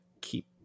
keep